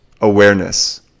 awareness